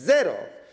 Zero.